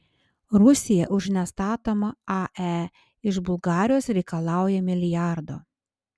rusija už nestatomą ae iš bulgarijos reikalauja milijardo